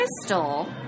Crystal